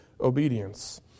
obedience